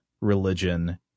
religion